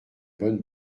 bonne